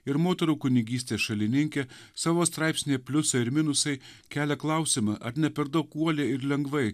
ir moterų kunigystės šalininkė savo straipsnyje pliusai ir minusai kelia klausimą ar ne per daug uoliai ir lengvai